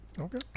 okay